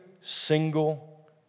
single